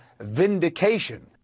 vindication